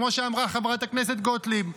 כמו שאמרה חברת הכנסת גוטליב,